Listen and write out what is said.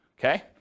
Okay